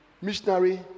missionary